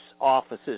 offices